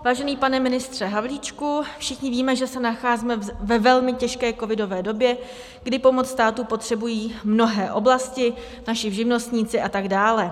Vážený pane ministře Havlíčku, všichni víme, že se nacházíme ve velmi těžké covidové době, kdy pomoc státu potřebují mnohé oblasti, naši živnostníci atd.